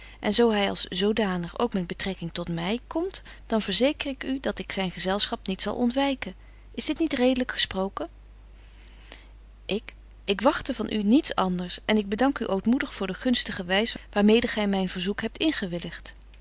en zo hy als zdanig ook met betrekking tot my komt dan verzeker ik u dat ik zyn gezelschap niet zal ontwyken is dit niet redelyk gesproken ik ik wagte van u niets anders en ik bedank u ootmoedig voor de gunstige wys waar mede gy myn verzoek hebt